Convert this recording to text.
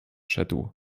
szedł